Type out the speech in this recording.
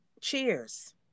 Cheers